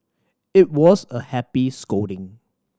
it was a happy scolding